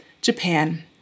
Japan